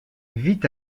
vit